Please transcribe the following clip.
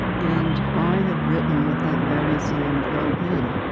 and i have written with that very same quill pen.